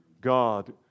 God